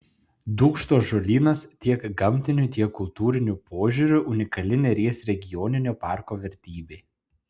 dūkštų ąžuolynas tiek gamtiniu tiek kultūriniu požiūriu unikali neries regioninio parko vertybė